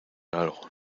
algo